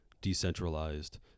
decentralized